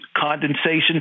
condensation